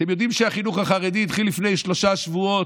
אתם יודעים שהחינוך החרדי התחיל לפני שלושה שבועות?